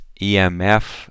EMF